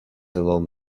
along